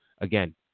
Again